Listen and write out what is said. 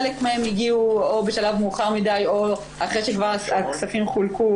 חלק מהן הגיעו או בשלב מאוחר מדי או אחרי שכבר הכספים חולקו